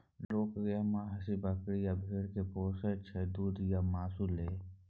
लोक गाए, महीष, बकरी आ भेड़ा केँ पोसय छै दुध आ मासु लेल